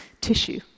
tissue